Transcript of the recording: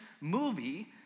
movie